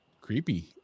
creepy